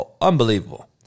unbelievable